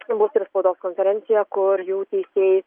bus ir spaudos konferencija kur jau teisėjai